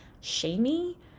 shamey